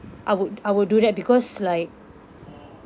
I would I would do that because like